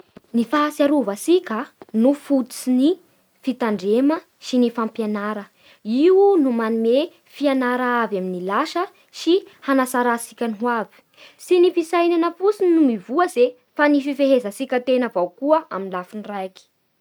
Ny fahatsiarovatsika no anisan'ny fototsy ny fitandrema sy ny fampianara. Io no manome fianara avy amin'ny lasa hantsaratsika ny hoavy. Tsy ny fisainana fotsiny no mivoatse fa ny fifehezantsika tena avao koa amin'ny lafin'ny raiky.